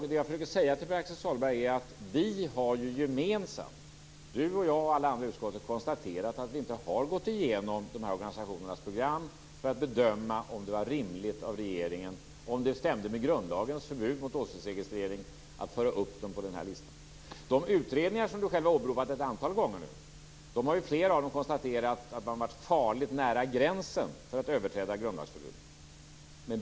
Men det jag försöker säga till honom är att vi gemensamt - Pär-Axel Sahlberg, jag och alla andra i utskottet - har konstaterat att vi inte har gått igenom dessa organisationers program för att bedöma om det var rimligt av regeringen och om det stämde med grundlagens förbud mot åsiktsregistrering att föra upp dem på den här listan. Flera av de utredningar som Pär-Axel Sahlberg själv nu har åberopat ett antal gånger har konstaterat att organisationer varit farligt nära gränsen för att överträda grundlagsförbud.